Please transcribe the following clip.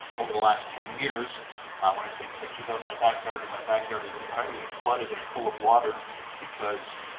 over the last ten years, when i take pictures of my backyard, and my backyard is entirely flooded and full of water because